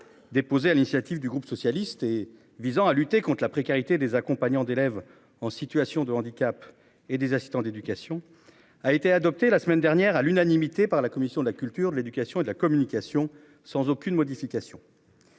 Déposée à l'initiative du groupe socialiste et visant à lutter contre la précarité des accompagnants d'élèves en situation de handicap et des assistants d'éducation a été adopté la semaine dernière à l'unanimité par la commission de la culture de l'éducation et de la communication sans aucune modification.--